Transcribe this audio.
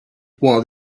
while